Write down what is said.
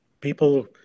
people